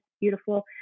beautiful